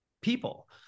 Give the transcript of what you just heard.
people